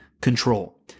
control